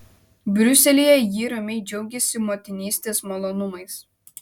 briuselyje ji ramiai džiaugiasi motinystės malonumais